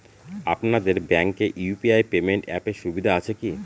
আপনাদের ব্যাঙ্কে UPI payment অ্যাপের সুবিধা আছে কি?